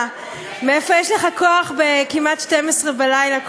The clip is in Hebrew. מאיפה יש לך כוח בכמעט 12 בלילה?